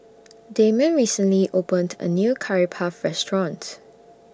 Damond recently opened A New Curry Puff Restaurant